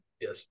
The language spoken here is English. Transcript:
Yes